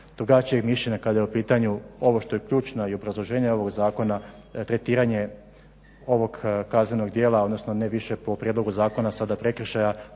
drugačijeg mišljenja kada je u pitanju ovo što je ključno i obrazloženje ovog zakona, tretiranje ovog kaznenog djela, odnosno ne više po prijedlogu zakona, sada prekršaja,